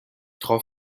tro